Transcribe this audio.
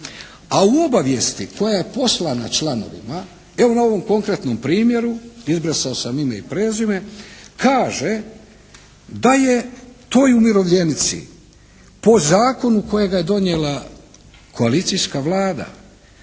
a u obavijesti koja je poslana članovima evo na ovom konkretnom primjeru, izbrisao sam ime i prezime, kaže da je toj umirovljenici po zakonu kojega je donijela koalicijska Vlada